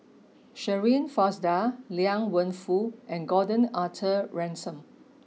Shirin Fozdar Liang Wenfu and Gordon Arthur Ransome